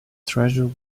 treasure